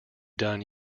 done